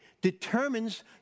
determines